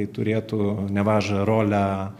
tai turėtų nemažą rolę